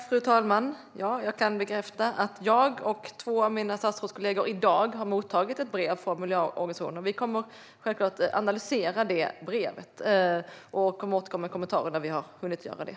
Fru talman! Jag kan bekräfta att jag och två av mina statsrådskollegor i dag har mottagit ett brev från miljöorganisationerna. Vi kommer självklart att analysera det och återkomma med kommentarer när vi har hunnit göra det.